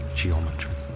geometry